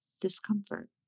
discomfort